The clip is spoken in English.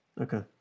Okay